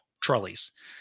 trolleys